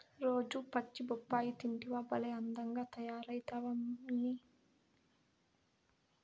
రోజూ పచ్చి బొప్పాయి తింటివా భలే అందంగా తయారైతమ్మన్నీ